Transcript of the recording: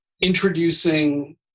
introducing